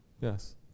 Yes